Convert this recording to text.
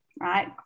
right